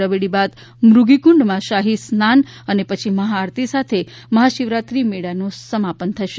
રવેડી બાદ મુગીકુંડમાં શાહી સ્નાન અને પછી મહાઆરતી સાથે મહાશિવરાત્રી મેળાનું સમાપન થશે